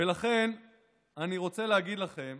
לכן אני רוצה להגיד לכם